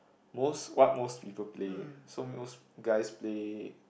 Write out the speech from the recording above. most what most people play so most guys play